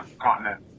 continent